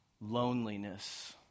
loneliness